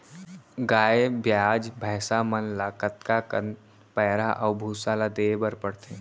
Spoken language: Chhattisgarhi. गाय ब्याज भैसा मन ल कतका कन पैरा अऊ भूसा ल देये बर पढ़थे?